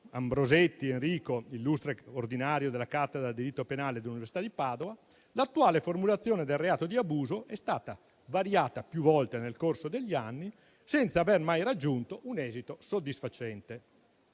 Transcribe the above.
Ambrosetti Enrico, illustre ordinario della cattedra di diritto penale dell'Università di Padova - l'attuale formulazione del reato di abuso è stata variata più volte nel corso degli anni, senza aver mai raggiunto un esito soddisfacente.